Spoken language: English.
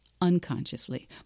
unconsciously